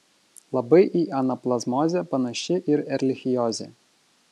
labai į anaplazmozę panaši ir erlichiozė